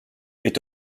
est